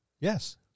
Yes